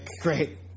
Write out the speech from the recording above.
Great